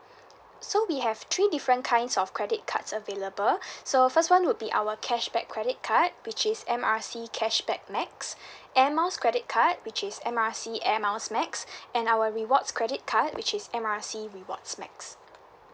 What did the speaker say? so we have three different kinds of credit cards available so first [one] would be our cashback credit card which is M R C cashback max air miles credit card which is M R C air miles max and our rewards credit card which is M R C rewards max